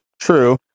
True